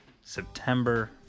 September